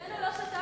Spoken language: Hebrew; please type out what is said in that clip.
חלקנו לא שתקנו,